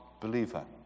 believer